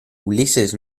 ulises